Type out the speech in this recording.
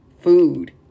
food